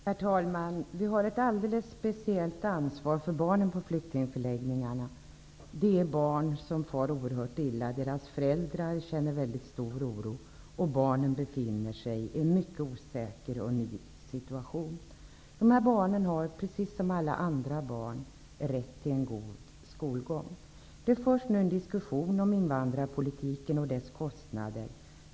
Herr talman! Vi har ett alldeles speciellt ansvar för barnen på flyktingförläggningarna. Dessa barn far oerhört illa. Deras föräldrar känner väldigt stor oro. Barnen befinner sig i en mycket osäker och ovan situation. Precis som alla andra barn har barnen på flyktingförläggningarna rätt till en god skolgång. Det förs nu en diskussion om invandrarpolitiken och dess kostnader.